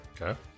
Okay